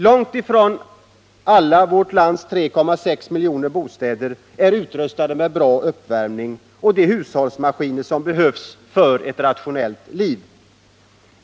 Långt ifrån alla vårt lands 3,6 miljoner bostäder är utrustade med bra uppvärmning och de hushållsmaskiner som behövs för ett rationellt liv.